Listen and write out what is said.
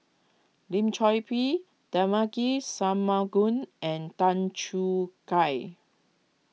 Lim Chor Pee Devagi Sanmugam and Tan Choo Kai